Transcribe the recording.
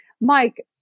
Mike